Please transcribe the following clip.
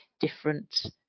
different